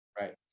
Right